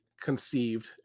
conceived